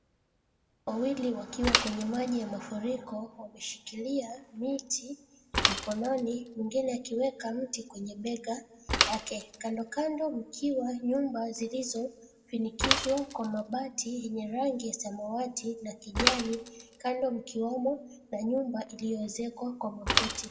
Wawili wakiwa kwenye maji ya mafuriko wameshikilia miti mikononi mwingine akiweka mti kwenye bega lake, kandokando mkiwa na nyumba zilizofinikizwa kwa mabati yenye rangi ya kijani kando mkiwamo na nyumba iliyoezekwa kwa makuti.